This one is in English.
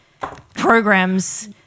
programs